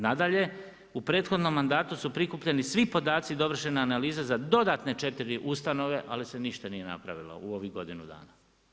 Nadalje u prethodnom mandatu su prikupljeni svi podaci dovršene analize za dodatne 4 ustanove, ali se ništa nije napravilo u ovih godinu dana.